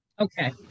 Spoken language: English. Okay